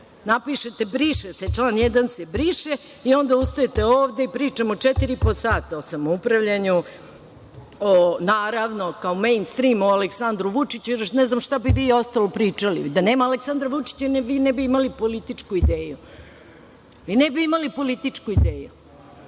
Napišete – briše se, član 1. se briše i onda ustajete ovde i pričamo četiri i po sata o samoupravljanju, naravno, kao mejnstrim o Aleksandru Vučiću, jer ne znam šta bi vi uostalom i pričali. Da nema Aleksandra Vučića, vi ne bi imali političku ideju, vi ne bi imali političku ideju,